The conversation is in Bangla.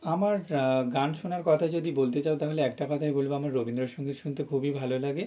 আমার গান শোনার কথা যদি বলতে চাও তাহলে একটা কথাই বলবো আমার রবীন্দ্রসঙ্গীত শুনতে খুবই ভালো লাগে